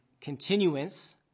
continuance